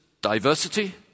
diversity